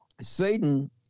Satan